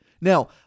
Now